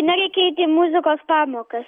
nereikia eit į muzikos pamokas